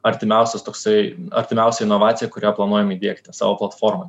artimiausias toksai artimiausia inovacija kurią planuojam įdiegti savo platformoj